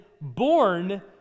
born